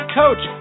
coach